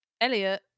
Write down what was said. Elliot